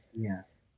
Yes